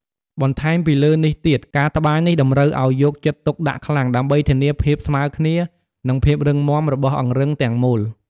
បន្ថែមពីលើនេះទៀត ការត្បាញនេះតម្រូវឲ្យយកចិត្តទុកដាក់ខ្លាំង ដើម្បីធានាភាពស្មើគ្នា និងភាពរឹងមាំរបស់អង្រឹងទាំងមូល។